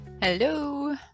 Hello